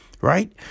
right